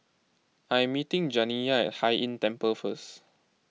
I am meeting Janiyah at Hai Inn Temple first